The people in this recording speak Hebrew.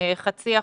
מחצי אחוז,